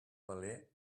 valer